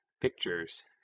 pictures